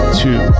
two